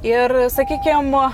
ir sakykim